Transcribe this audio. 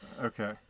Okay